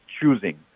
choosing